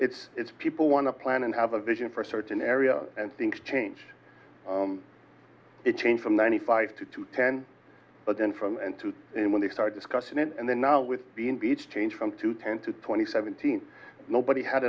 it's it's people want to plan and have a vision for a certain area and things change it change from ninety five to two ten but then from and through when they start discussing it and then now with beach change from two ten to twenty seventeen nobody had